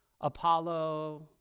Apollo